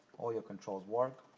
all your controls work.